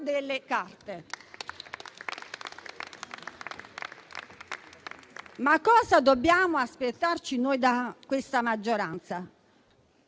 delle carte. Cosa dobbiamo aspettarci noi da questa maggioranza?